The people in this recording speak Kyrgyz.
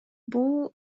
бул